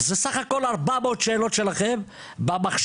זה סך הכול 400 שאלות שלכם במחשב.